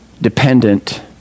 dependent